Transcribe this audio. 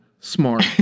Smart